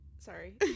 Sorry